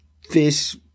fish